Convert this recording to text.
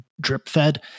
drip-fed